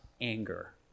anger